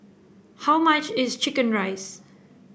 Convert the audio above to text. how much is chicken rice